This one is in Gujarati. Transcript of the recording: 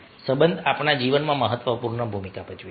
સંબંધ આપણા જીવનમાં મહત્વપૂર્ણ ભૂમિકા ભજવે છે